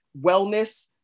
wellness